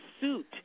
suit